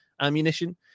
ammunition